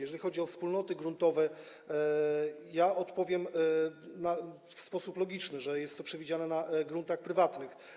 Jeżeli chodzi o wspólnoty gruntowe, odpowiem w sposób logiczny: jest to przewidziane na gruntach prywatnych.